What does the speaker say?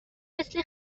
مثل